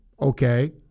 Okay